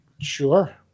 sure